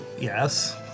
Yes